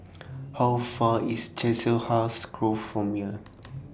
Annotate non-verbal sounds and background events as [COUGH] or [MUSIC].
How Far IS Chiselhurst Grove from here [NOISE]